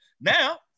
Now